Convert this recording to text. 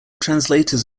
translators